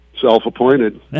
self-appointed